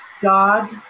God